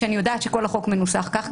כשאני יודעת שכל החוק מנוסח כך,